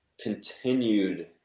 continued